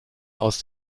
aus